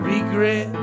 Regret